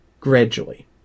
gradually